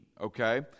Okay